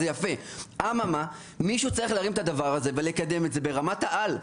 זה יפה אבל מישהו צריך להרים את הדבר הזה ולקדם את זה ברמת העל.